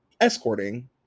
escorting